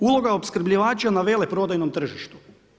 Uloga opskrbljivača na veleprodajnom tržištu.